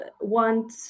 want